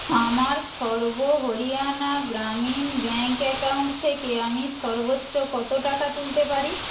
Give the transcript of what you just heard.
আমার Sarva Haryana Gramin bank account থেকে আমি সর্বোচ্চ কত টাকা তুলতে পারি